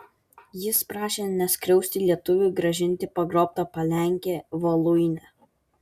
jis prašė neskriausti lietuvių grąžinti pagrobtą palenkę voluinę